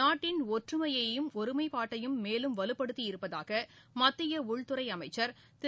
நாட்டின் ஒற்றுமையையும் ஒருமைப்பாட்டையும் மேலும் வலுப்படுத்தியிருப்பதாகமத்தியஉள்துறைஅமைச்சர் திரு